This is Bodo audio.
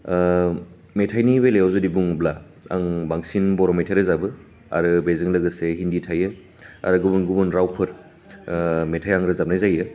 मेथाइनि बेलायाव जुदि बुङोब्ला आं बांसिन बर' मेथाइ रोजाबो आरो बेजों लोगोसे हिन्दी थायो आरो गुबुन गुबुन रावफोर मेथाइ आं रोजाबनाय जायो